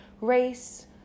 race